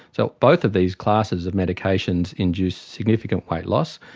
so both of these classes of medications induce significant weight loss,